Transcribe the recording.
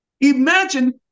Imagine